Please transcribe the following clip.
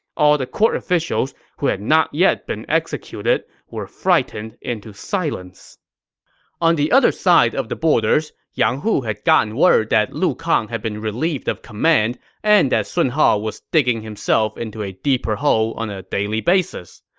all the court officials who had not yet been executed were frightened into silence on the other side of the borders, yang hu had gotten word that lu kang had been relieved of command and that sun hao was digging himself into a deeper hole on a daily basis.